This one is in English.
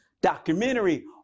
documentary